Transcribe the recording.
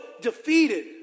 defeated